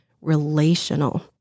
relational